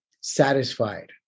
satisfied